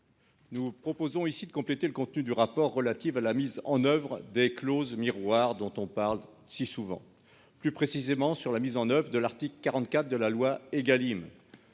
Nous proposons de compléter le contenu du rapport relatif à la mise en oeuvre des clauses miroirs, dont on parle si souvent, plus précisément en ce qui concerne l'article 44 de la loi Égalim.